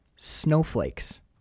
Snowflakes